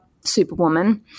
superwoman